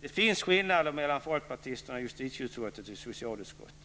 det finns skillnader mellan folkpartisterna i justitieutskottet och folkpartisterna i socialutskottet.